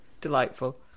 Delightful